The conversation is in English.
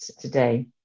today